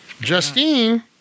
Justine